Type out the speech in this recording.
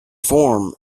form